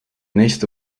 nächste